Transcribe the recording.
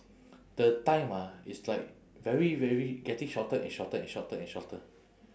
the time ah it's like very very getting shorter and shorter and shorter and shorter